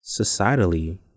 Societally